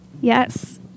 Yes